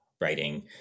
writing